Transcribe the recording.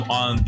on